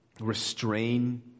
restrain